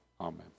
Amen